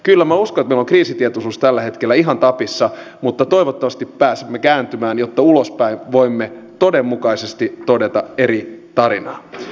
kyllä minä uskon että meillä on kriisitietoisuus tällä hetkellä ihan tapissa mutta toivottavasti pääsemme kääntymään jotta ulospäin voimme todenmukaisesti todeta eri tarinaa